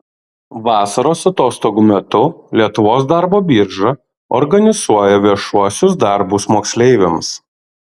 vasaros atostogų metu lietuvos darbo birža organizuoja viešuosius darbus moksleiviams